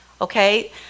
okay